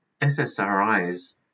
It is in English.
SSRIs